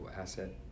asset